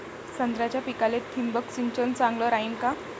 संत्र्याच्या पिकाले थिंबक सिंचन चांगलं रायीन का?